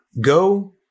go